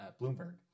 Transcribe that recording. Bloomberg